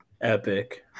Epic